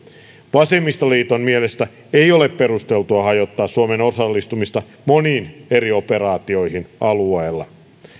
vasemmistoliiton mielestä ei ole perusteltua hajottaa suomen osallistumista moniin eri operaatioihin alueella